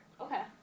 Okay